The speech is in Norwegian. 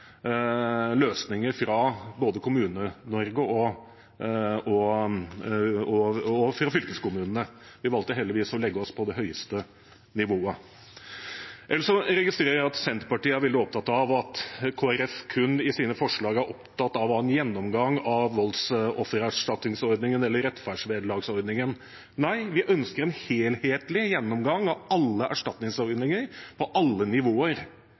løsninger fra både Kommune-Norge og fylkeskommunene. Vi valgte heldigvis å legge oss på det høyeste nivået. Ellers registrerer jeg at Senterpartiet er veldig opptatt av at Kristelig Folkeparti i sine forslag kun er opptatt av å ha en gjennomgang av voldsoffererstatningsordningen eller rettferdsvederlagsordningen. Nei, vi ønsker en helhetlig gjennomgang av alle erstatningsordninger på alle nivåer.